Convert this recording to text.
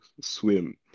swim